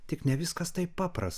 tik ne viskas taip paprasta